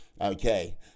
okay